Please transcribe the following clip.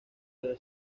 debe